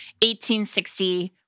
1860